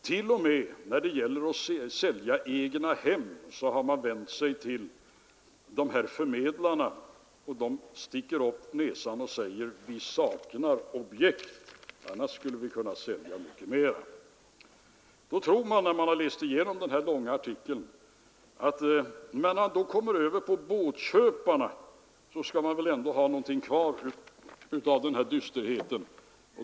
T. o. m. förmedlarna av egnahem sticker upp näsan och säger: Vi saknar objekt, annars skulle vi kunna sälja mycket mera. När man i slutet av denna långa artikel kommer till båttillverkarna förmodar man att det ändå skall finnas något kvar av denna dysterhet.